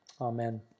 Amen